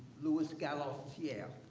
louis gauthier,